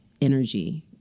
energy